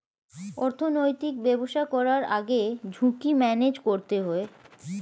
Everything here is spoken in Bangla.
অর্থনৈতিক ব্যবসা করার আগে ঝুঁকি ম্যানেজ করতে হয়